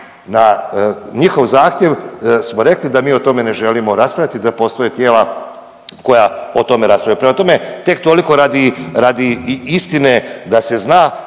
na njihov zahtjev smo rekli da mi o tome ne želimo raspravljati da postoje tijela koja o tome raspravljaju. Prema tome, tek toliko radi, radi istine da se zna,